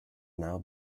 now